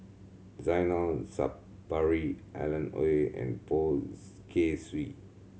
Zainal Sapari Alan Oei and Poh Kay Swee